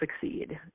succeed